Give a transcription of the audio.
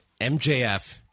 MJF